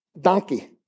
Donkey